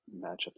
matchup